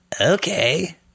okay